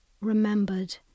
remembered